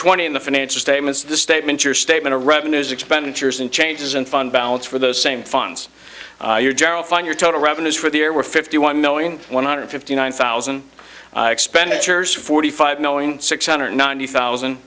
twenty in the financial statements the statement your statement of revenues expenditures and changes in fund balance for those same funds your general fund your total revenues for the year were fifty one knowing one hundred fifty nine thousand expenditures forty five knowing six hundred ninety thousand